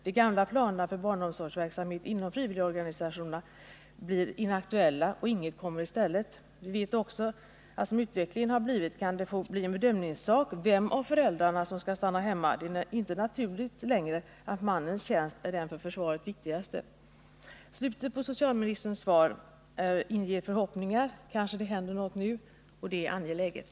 De gamla planerna för barnomsorgsverksamhet inom frivilligorganisationerna blir inaktuella, och inget kommer i deras ställe. Vi vet också att som utvecklingen har blivit kan det få bli en bedömningssak vem av föräldrarna som skall stanna hemma. Det är inte naturligt längre att mannens tjänst är den för försvaret viktigaste. Slutet på socialministerns svar inger förhoppningar. Kanske det händer något nu. Det är angeläget.